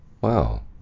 Wow